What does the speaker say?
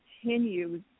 continues